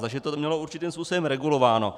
Takže to mělo určitým způsobem regulováno.